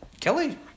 Kelly